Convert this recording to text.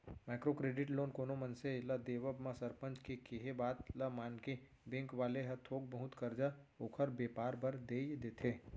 micro credit loan कोनो मनसे ल देवब म सरपंच के केहे बात ल मानके बेंक वाले ह थोक बहुत करजा ओखर बेपार बर देय देथे